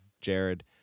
Jared